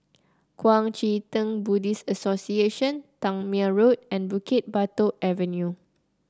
Kuang Chee Tng Buddhist Association Tangmere Road and Bukit Batok Avenue